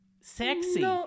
sexy